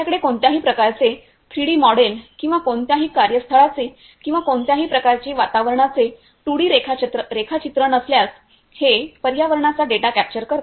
आपल्याकडे कोणत्याही प्रकारचे 3 डी मॉडेल किंवा कोणत्याही कार्य स्थळाचे किंवा कोणत्याही प्रकारचे वातावरणाचे 2 डी रेखाचित्र नसल्यास हे पर्यावरणाचा डेटा कॅप्चर करते